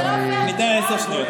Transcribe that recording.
אז אני, ניתן עשר שניות.